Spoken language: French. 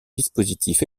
dispositifs